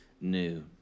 new